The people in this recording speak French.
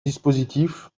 dispositif